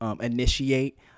initiate